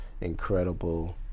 incredible